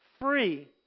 free